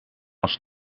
als